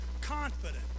confident